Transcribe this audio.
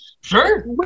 Sure